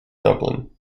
dublin